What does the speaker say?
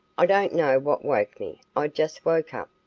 i don't know what woke me. i just woke up.